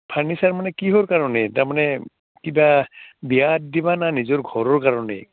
furniture মানে কিহৰ কাৰণে তাৰমানে কিবা বিয়াত দিবানে নিজৰ ঘৰৰ কাৰণেই